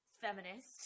feminist